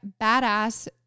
badass